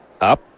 Up